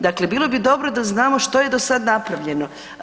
Dakle, bilo bi dobro da znamo što je do sad napravljeno.